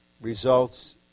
results